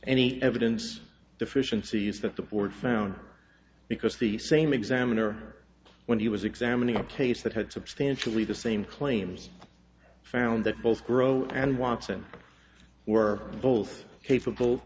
any evidence deficiencies that the board found because the same examiner when he was examining a case that had substantially the same claims found that both grow and watson were both capable